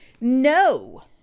no